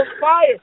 fire